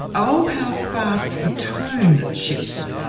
oh, how fast the tone shifts.